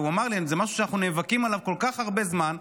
והוא אמר לי: זה משהו שאנחנו נאבקים עליו כל כך הרבה זמן,